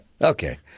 Okay